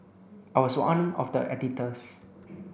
I was one of the editors